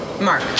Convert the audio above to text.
mark